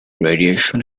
radiation